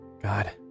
God